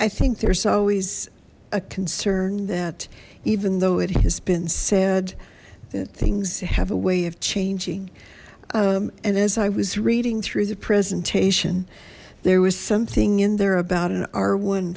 i think there's always a concern that even though it has been said that things have a way of changing and as i was reading through the presentation there was something in there about an